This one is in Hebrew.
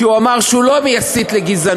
כי הוא אמר שהוא לא מסית לגזענות,